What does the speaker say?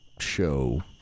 show